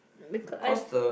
because I